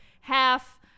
half